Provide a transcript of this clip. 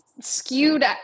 skewed